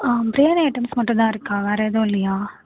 biryani items மட்டுந்தான்யிருக்கா வேறெதுவும் இல்லையா